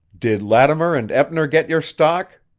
did lattimer and eppner get your stock?